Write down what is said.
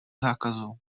zákazu